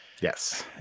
yes